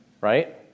right